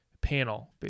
panel